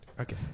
Okay